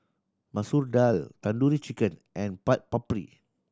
Masoor Dal Tandoori Chicken and Chaat Papri